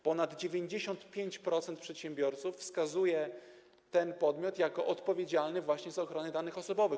Ponad 95% przedsiębiorców wskazuje ten podmiot jako odpowiedzialny właśnie za ochronę danych osobowych.